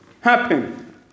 happen